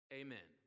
amen